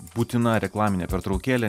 būtina reklaminė pertraukėlė